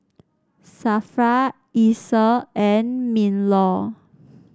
Safra Isa and Minlaw